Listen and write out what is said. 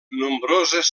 nombroses